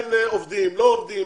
כן עובדים, לא עובדים.